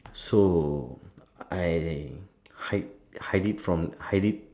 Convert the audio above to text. so I hide hide it from hide it